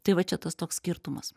tai va čia tas toks skirtumas